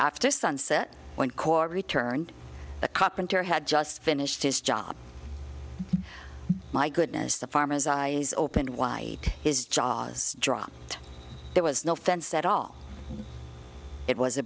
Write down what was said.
after sunset when corps returned the carpenter had just finished his job my goodness the farmer's eyes opened wide his jaws dropped there was no fence at all it was a